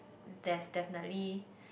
there's definitely